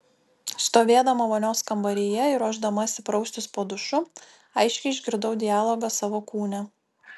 stovėdama vonios kambaryje ir ruošdamasi praustis po dušu aiškiai išgirdau dialogą savo kūne